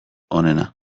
onena